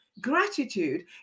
gratitude